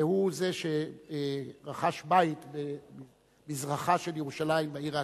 הוא שרכש בית במזרחה של ירושלים, בעיר העתיקה,